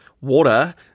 water